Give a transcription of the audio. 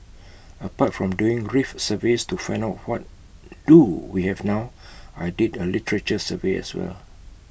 apart from doing reef surveys to find out what do we have now I did A literature survey as well